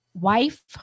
wife